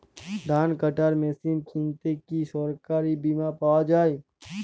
ধান কাটার মেশিন কিনতে কি সরকারী বিমা পাওয়া যায়?